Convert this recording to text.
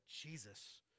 Jesus